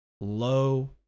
Low